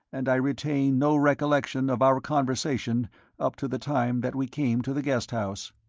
and i retain no recollection of our conversation up to the time that we came to the guest house.